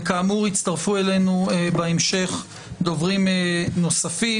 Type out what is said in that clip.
כאמור, יצטרפו אלינו בהמשך דוברים נוספים.